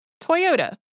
Toyota